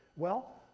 well,